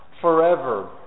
forever